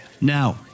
Now